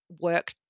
work